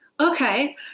okay